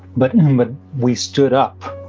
but but we stood up